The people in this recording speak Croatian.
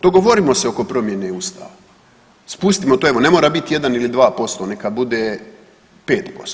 Dogovorimo se oko promjene ustava, spustimo to evo, ne mora biti 1 ili 2%, neka bude 5%